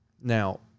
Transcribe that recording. Now